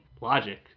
Logic